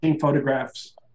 photographs